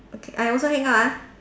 okay I also hang up ah